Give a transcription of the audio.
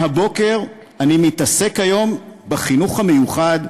מהבוקר אני מתעסק היום בחינוך המיוחד,